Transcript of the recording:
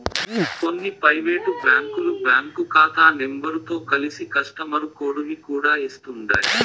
కొన్ని పైవేటు బ్యాంకులు బ్యాంకు కాతా నెంబరుతో కలిసి కస్టమరు కోడుని కూడా ఇస్తుండాయ్